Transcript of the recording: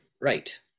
right